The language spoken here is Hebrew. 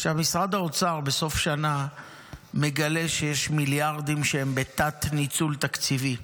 בסוף שנה משרד האוצר מגלה שיש מיליארדים שהם בתת-ניצול תקציבי,